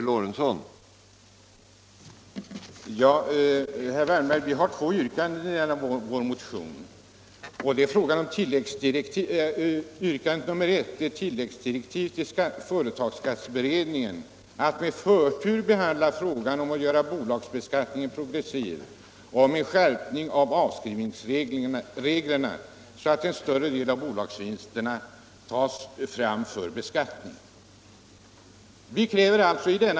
Herr talman! Vi har två yrkanden i vår motion. Det första gäller tillläggsdirektiv till företagsskatteberedningen att med förtur behandla frågan om att göra bolagsbeskattningen progressiv och om en skärpning av avskrivningsreglerna, så att en större del av bolagsvinsterna tas fram för beskattning.